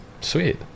Sweet